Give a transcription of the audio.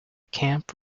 camp